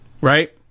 Right